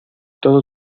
todo